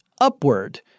upward